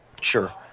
Sure